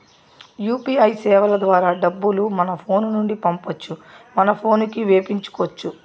UPI సేవల ద్వారా డబ్బులు మన ఫోను నుండి పంపొచ్చు మన పోనుకి వేపించుకొచ్చు